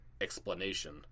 explanation